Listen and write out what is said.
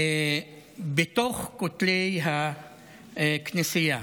בין כותלי הכנסייה